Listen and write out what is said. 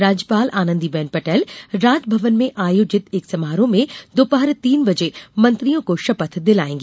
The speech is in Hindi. राज्यपाल आनंदी बेन पटेल राजभवन में आयोजित एक समारोह में दोपहर तीन बजे मंत्रियों को शपथ दिलायेंगी